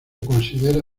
considera